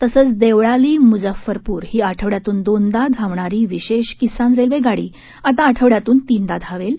तसंच देवळाली मुजफ्फरपूर ही आठवड्यातून दोनदा धावणारी विशेष किसान रेल्वे गाडी आता आठवड्यातून तीनदा धावेल